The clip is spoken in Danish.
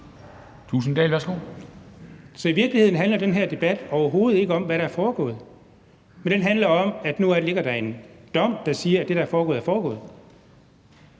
Thulesen Dahl (DF): Så i virkeligheden handler den her debat overhovedet ikke om, hvad der er foregået? Men den handler om, at nu ligger der en dom, der siger, at det, der er foregået, er foregået?